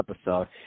episode